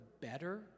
better